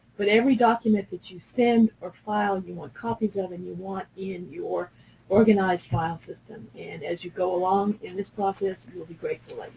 but every document that you send or file, and you want copies of and you want in your organized file system. and as you go along in this process and you will be grateful